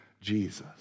Jesus